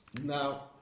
Now